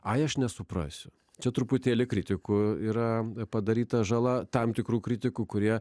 aš nesuprasiu čia truputėlį kritikų yra padaryta žala tam tikrų kritikų kurie